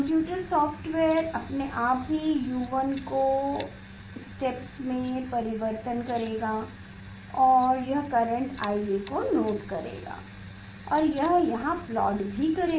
computer software अपने आप से ही U1 को स्टेप में परिवर्तन करेगा और यह करेंट IA को नोट करेगा और यह यहां प्लॉट भी करेगा